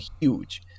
huge